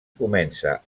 comença